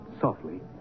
softly